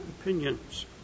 opinions